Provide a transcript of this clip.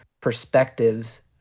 perspectives